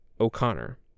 O'Connor